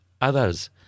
others